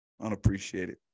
Unappreciated